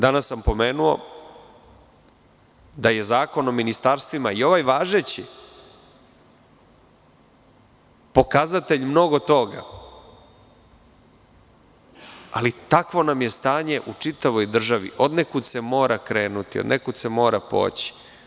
Danas sam pomenuo da je Zakon o ministarstvima i ovaj važeći, pokazatelj mnogo toga, ali takvo nam je stanje u čitavoj državi, od nekud se mora krenuti, od nekud se mora poći.